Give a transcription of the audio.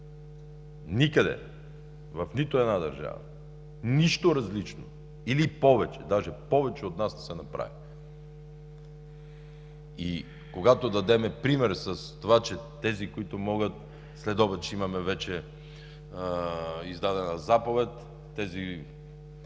Никъде, в нито една държава нищо различно или повече, даже повече от нас не са направили. И когато дадем пример с това, че тези, които могат, следобед ще имаме вече издадена заповед, тези